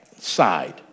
Side